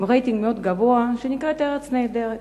עם רייטינג מאוד גבוה, שנקראת "ארץ נהדרת".